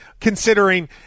considering